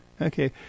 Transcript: okay